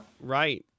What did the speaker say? Right